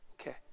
Okay